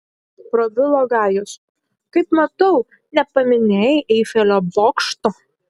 prabilo gajus kaip matau nepaminėjai eifelio bokšto